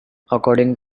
according